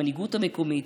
המנהיגות המקומית,